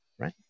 right